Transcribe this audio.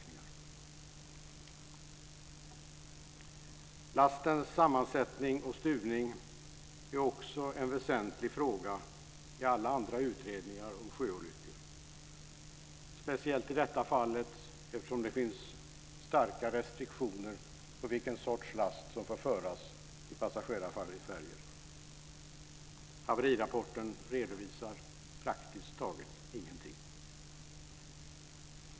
Också lastens sammansättning och stuvning är en väsentlig fråga i alla utredningar om sjöolyckor, speciellt i detta fall, eftersom det finns starka restriktioner på vilken sorts last som får föras i passagerarfärjor. Haverirapporten redovisar praktiskt taget ingenting.